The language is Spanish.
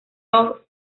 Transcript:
all